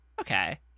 Okay